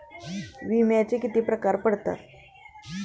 विम्याचे किती प्रकार पडतात?